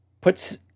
puts